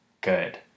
good